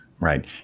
Right